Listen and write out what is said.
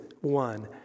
one